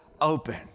open